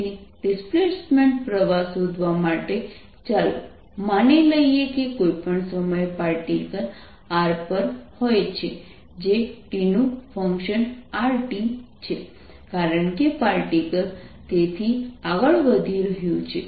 તેથી ડિસ્પ્લેસમેન્ટ પ્રવાહ શોધવા માટે ચાલો માની લઈએ કે કોઈપણ સમયે પાર્ટિકલ r પર હોય છે જે t નું ફંકશન r છે કારણ કે પાર્ટિકલ તેથી આગળ વધી રહ્યું છે